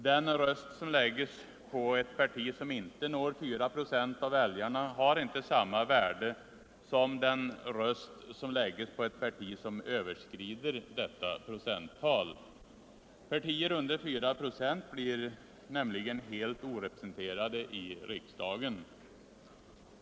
Den röst som lägges på ett parti som inte når 4 procent av väljarna har inte samma värde som den röst som lägges på ett parti som överskrider detta procenttal. Partier under 4 procent blir nämligen helt orepresenterade i riksdagen.